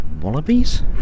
wallabies